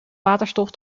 waterstof